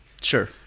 Sure